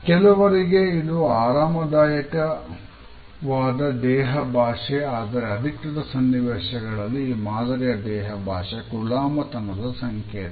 ಕೆಲವರಿಗೆ ಇದು ಆರಾಮದಾಯಕವಾದ ದೇಹ ಭಾಷೆ ಆದರೆ ಅಧಿಕೃತ ಸನ್ನಿವೇಶಗಳಲ್ಲಿ ಈ ಮಾದರಿಯ ದೇಹ ಭಾಷೆ ಗುಲಾಮತನದ ಸಂಕೇತ